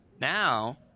Now